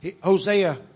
Hosea